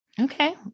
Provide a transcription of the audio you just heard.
Okay